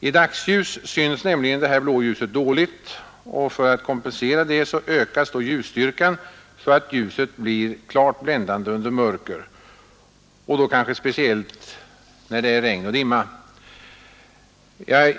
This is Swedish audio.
I dagsljus syns nämligen det blå ljuset dåligt, och för att kompensera detta ökas ljusstyrkan så att ljuset blir klart bländande under mörker, och då kanske speciellt när det är regn och dimma.